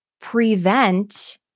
prevent